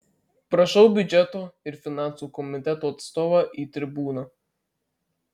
prašau biudžeto ir finansų komiteto atstovą į tribūną